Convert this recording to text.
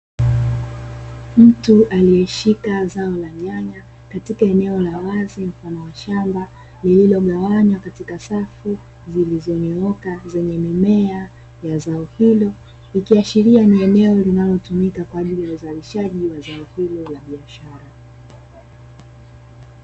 Mtu aliyeshika zao la nyanya katika eneo la wazi mfano wa shamba, lililogawanywa katika safu zilizonyooka zenye mimea ya zao hilo, ikiashiria ni eneo linalotumika kwa ajili ya uzalishaji wa zao hilo la biashara.